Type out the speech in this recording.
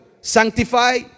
Sanctify